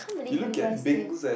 you look at Bings and